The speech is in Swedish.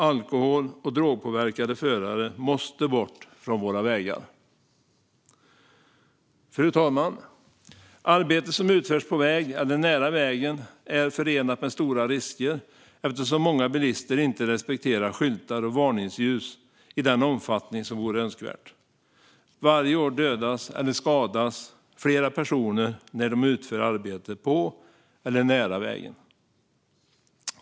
Alkohol och drogpåverkade förare måste bort från våra vägar. Fru talman! Arbete som utförs på väg eller nära vägen är förenat med stora risker eftersom många bilister inte respekterar skyltar och varningsljus i den omfattning som vore önskvärt. Varje år dödas eller skadas flera personer när de utför arbete på eller nära vägen.